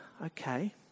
Okay